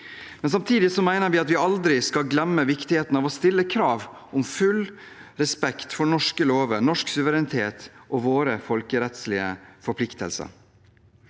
Samtidig mener vi at vi aldri skal glemme viktigheten av å stille krav om full respekt for norske lover, norsk suverenitet og våre folkerettslige forpliktelser.